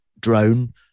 drone